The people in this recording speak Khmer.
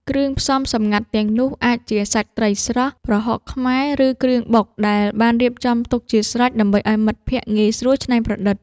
គ្រឿងផ្សំសម្ងាត់ទាំងនោះអាចជា សាច់ត្រីស្រស់ ប្រហុកខ្មែរ ឬគ្រឿងបុកដែលបានរៀបចំទុកជាស្រេចដើម្បីឱ្យមិត្តភក្តិងាយស្រួលច្នៃប្រឌិត។